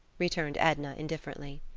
returned edna, indifferently.